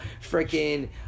freaking